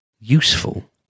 useful